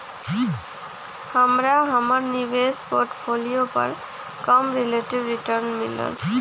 हमरा हमर निवेश पोर्टफोलियो पर कम रिलेटिव रिटर्न मिलल